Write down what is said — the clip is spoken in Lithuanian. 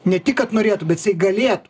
ne tik kad norėtų bet jisai galėtų